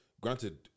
Granted